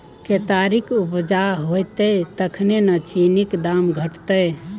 केतारीक उपजा हेतै तखने न चीनीक दाम घटतै